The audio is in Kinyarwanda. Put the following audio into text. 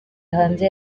hanze